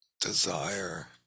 Desire